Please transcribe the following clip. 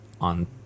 on